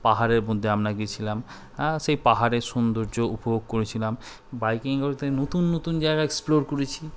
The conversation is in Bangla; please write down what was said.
পাহাড়ের মধ্যে আমরা গিয়েছিলাম সেই পাহাড়ের সৌন্দর্য উপভোগ করেছিলাম বাইকিং করতে নতুন নতুন জায়গা এক্সপ্লোর করেছি